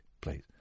please